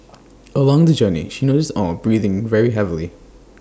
along the journey she noticed aw breathing very heavily